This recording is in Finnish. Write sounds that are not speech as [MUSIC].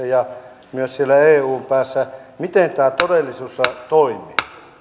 [UNINTELLIGIBLE] ja myös siellä eun päässä tietoa miten tämä todellisuudessa toimii